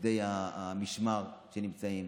עובדי המשמר שנמצאים,